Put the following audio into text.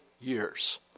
years